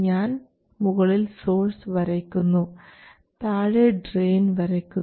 ഞാൻ മുകളിൽ സോഴ്സ് വരയ്ക്കുന്നു താഴെ ഡ്രയിൻ വരയ്ക്കുന്നു